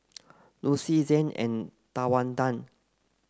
Lucy Zain and Tawanda